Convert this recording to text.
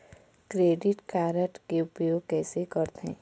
Credit card के उपयोग कैसे करथे?